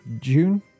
June